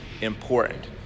important